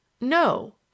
No